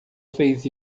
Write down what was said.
fez